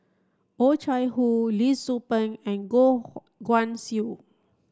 Oh Chai Hoo Lee Tzu Pheng and Goh Guan Siew